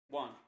One